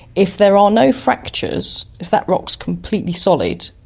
if there are no fractures, if that rock is completely solid,